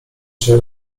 cię